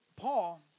Paul